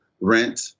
rent